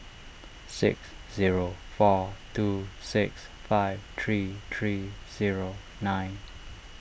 six zero four two six five three three zero nine